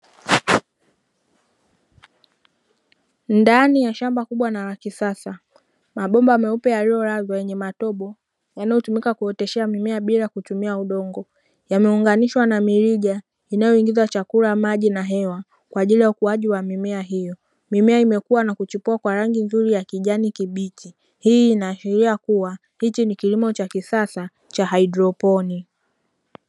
Ndani ya shamba kubwa na la kisasa, mabomba meupe yaliyolazwa yenye matobo, yanayotumika kuoteshea mimea bila kutumia udongo. Yameunganishwa na mirija inayoingiza chakula, maji na hewa kwa ajili ya ukuaji wa mimea hiyo. Mimea imekua na kuchipua kwa rangi nzuri ya kijani kibichi. Hii inaashiria kuwa hiki ni kilimo cha kisasa cha haidroponi.